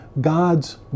God's